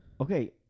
okay